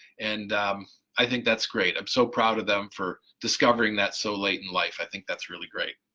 and i think that's great. i'm so proud of them for discovering that so late in life, i think that's really great.